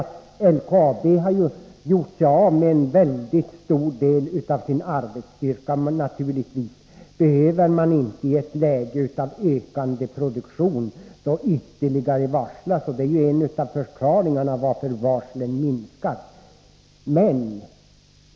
Men LKAB har gjort sig av med en mycket stor del av sin arbetskraft, och då behöver man naturligtvis inte i ett läge med ökande produktion varsla ytterligare. Det är ju en av förklaringarna till varför varslen har minskat i antal.